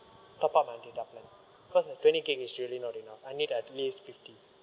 top up my data plan cause uh twenty gig is really not enough I need at least fifty